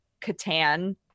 Catan